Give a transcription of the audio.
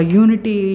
unity